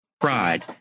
pride